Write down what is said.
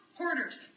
hoarders